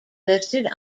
listed